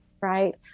right